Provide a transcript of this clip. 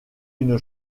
une